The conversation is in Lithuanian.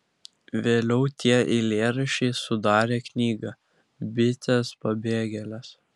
vėliau tie eilėraščiai sudarė knygą bitės pabėgėlės